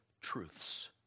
truths